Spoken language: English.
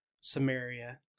Samaria